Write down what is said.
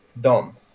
dom